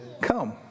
come